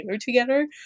together